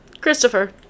Christopher